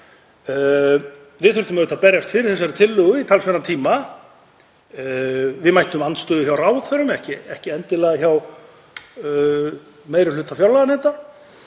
Við þurftum að berjast fyrir þessari tillögu í talsverðan tíma. Við mættum andstöðu hjá ráðherrum, ekki endilega hjá meiri hluta fjárlaganefndar,